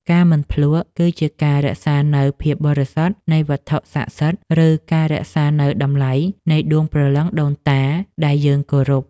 ការមិនភ្លក្ស គឺជាការរក្សានូវភាពបរិសុទ្ធនៃវត្ថុស័ក្តិសិទ្ធិ ឬការរក្សានូវតម្លៃនៃដួងព្រលឹងដូនតាដែលយើងគោរព។